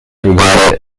regarded